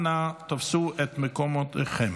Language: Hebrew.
אנא תפסו את מקומותיכם.